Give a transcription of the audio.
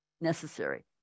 Necessary